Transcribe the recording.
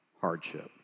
hardship